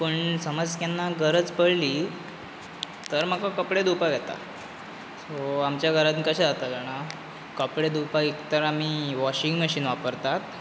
पूण समज केन्ना गरज पडली तर म्हाका कपडे धुंवपाक येता सो आमच्या घरांत कशें जाता जाणा कपडे धुंवपाक एक तर आमी वॉशींग मशीन वापरतात